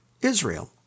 Israel